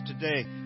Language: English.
today